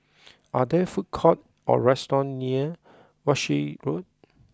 are there food courts or restaurants near Walshe Road